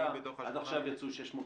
עד עכשיו יצאו 600 מיליון.